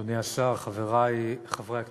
תודה רבה, אדוני השר, חברי חברי הכנסת,